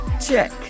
check